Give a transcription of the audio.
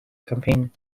campaign